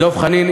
דב חנין,